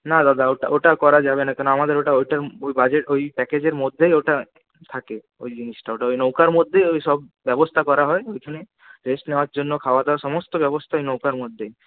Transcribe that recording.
না দাদা ওটা ওটা করা যাবে না কেন আমাদের ওটা ওটার ওই বাজে ওই প্যাকেজের মধ্যেই ওটা থাকে ওই জিনিসটা ওই নৌকার মধ্যেই ওইসব ব্যবস্থা করা হয় ওইজন্যই রেস্ট নেওয়ার জন্য খাওয়া দাওয়ার সমস্ত ব্যবস্থা ওই নৌকার মধ্যেই